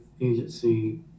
agency